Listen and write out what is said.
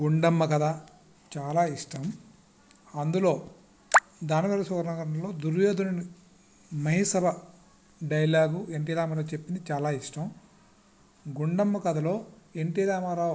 గుండమ్మ కథ చాలా ఇష్టం అందులో దాన వీర శూర కర్ణలో దుర్యోధనుని మయసభ డైలాగు ఎన్టీ రామారావు చెప్పింది చాలా ఇష్టం గుండమ్మ కథలో ఎన్టీ రామారావు